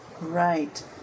Right